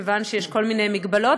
כיוון שיש כל מיני מגבלות.